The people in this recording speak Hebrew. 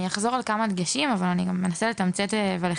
אני גם אחזור על כמה דגשים אבל גם אנסה לתמצת ולחדש.